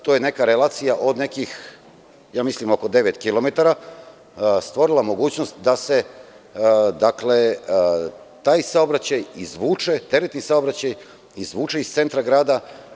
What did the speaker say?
To je relacija od nekih, mislim oko devet kilometara, stvorila mogućnost da se taj saobraćaj izvuče, teretni saobraćaj izvuče iz centra grada.